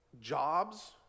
Jobs